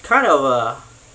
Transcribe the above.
kind of a